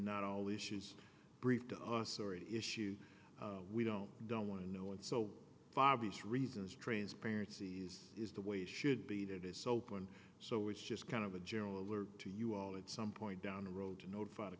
not all issues brief to us or an issue we don't don't want to know and so far these reasons transparencies is the way it should be that it's open so it's just kind of a general alert to you all and some point down the road to notify the